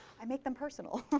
i make them personal.